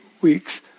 weeks